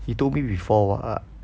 he told me before [what]